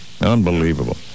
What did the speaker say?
Unbelievable